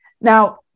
Now